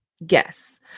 Yes